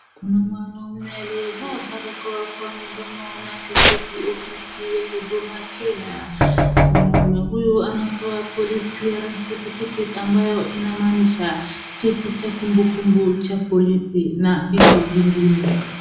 Kuna mwanaume aliyevaa barakoa kwa mdomo na akaketi ofisi ya huduma kenya, mwanaume huyu anatoa cheti cha police clearance certificate ambayo inamaanisha cheti cha kumbukumu ya polisi na vitu vingine.